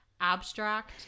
Abstract